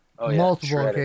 multiple